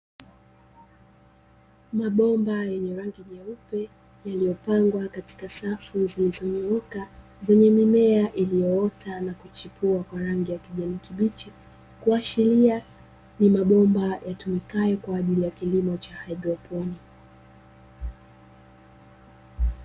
Mabomba yenye rangi nyeupe, yaliyopangwa katika safu zilizonyooka zenye mimea iliyoota na kuchipua kwa rangi ya kijani kibichi, kuashiria ni mabomba yatumikayo kwa ajili ya kilimo cha haidroponi.